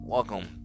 Welcome